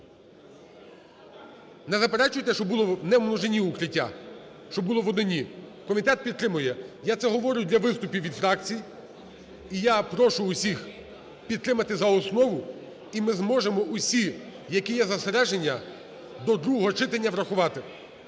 Не заперечуєте, щоб було не в множині "Укриття", щоб було в однині? Комітет підтримує, я це говорю для виступів від фракцій. І я прошу всіх підтримати за основу, і ми зможемо всі, які є застереження, до другого читання врахувати.